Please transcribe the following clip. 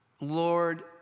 Lord